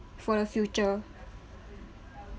for the future